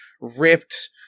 ripped